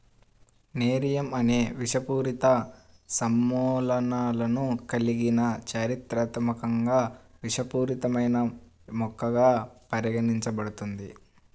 nerium అనేక విషపూరిత సమ్మేళనాలను కలిగి చారిత్రాత్మకంగా విషపూరితమైన మొక్కగా పరిగణించబడుతుంది